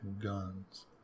guns